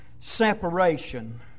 separation